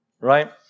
right